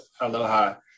Aloha